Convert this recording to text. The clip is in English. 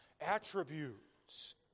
attributes